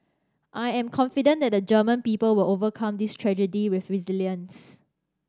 I am confident that the German people will overcome this tragedy with resilience